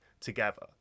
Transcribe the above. together